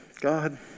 God